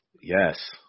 Yes